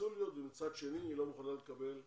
בקונסוליות ומצד שני היא לא מוכנה לקבל סיוע.